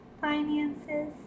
finances